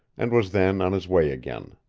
and was then on his way again.